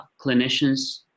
clinicians